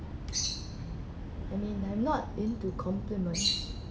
I mean I'm not into compliment